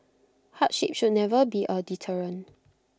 hardship should never be A deterrent